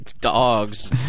dogs